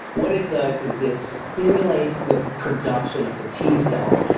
what it does is it stimulates the production of the t cells,